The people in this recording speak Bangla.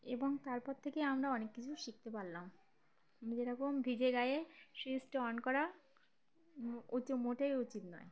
এবং তারপর থেকে আমরা অনেক কিছু শিখতে পারলামি যেরকম ভিজে গায়ে সুইচটা অন করা উচ মোটেই উচিত নয়